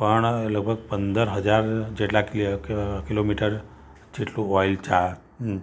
પણ લગભગ પંદર હજાર જેટલા કિલ અ કિલોમીટર જેટલું ઑઈલ ચા